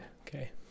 Okay